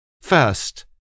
First